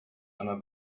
under